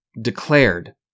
declared